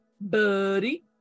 buddy